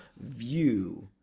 view